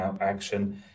action